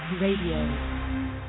radio